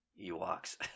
Ewoks